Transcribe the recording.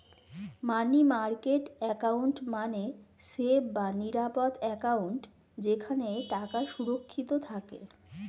মানি market account মানে safe বা নিরাপদ অ্যাকাউন্ট যেখানে টাকা সুরক্ষিত থাকে